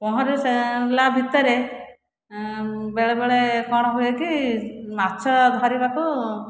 ପହଁରି ଭିତରେ ବେଳେବେଳେ କ'ଣ ହୁଏ କି ମାଛ ଧରିବାକୁ